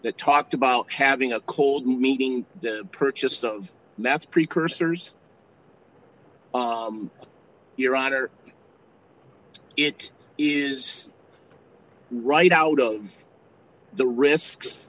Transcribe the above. that talked about having a cold meeting the purchase of mets precursors your honor it is right out of the risks